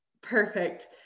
Perfect